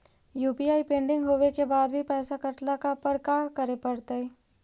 UPI pending होवे के बाद भी पैसा कटला पर का करे पड़तई?